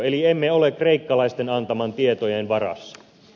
eli emme ole kreikkalaisten antamien tietojen varassa